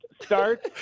start